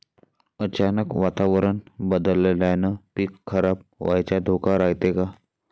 अचानक वातावरण बदलल्यानं पीक खराब व्हाचा धोका रायते का?